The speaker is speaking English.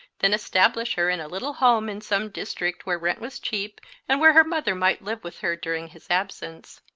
then establish her in a little home in some district where rent was cheap and where her mother might live with her during his absence.